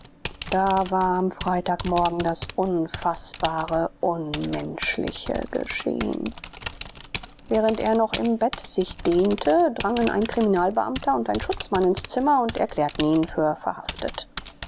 da war am freitag morgen das unfaßbare unmenschliche geschehen während er noch im bett sich dehnte drangen ein kriminalbeamter und ein schutzmann ins zimmer und erklärten ihn für verhaftet